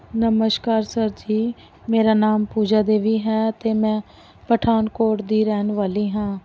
ਨਮਸਕਾਰ ਸਰ ਜੀ ਮੇਰਾ ਨਾਮ ਪੂਜਾ ਦੇਵੀ ਹੈ ਅਤੇ ਮੈਂ ਪਠਾਨਕੋਟ ਦੀ ਰਹਿਣ ਵਾਲੀ ਹਾਂ